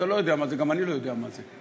אתה לא יודע מה זה, גם אני לא יודע מה זה.